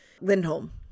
Lindholm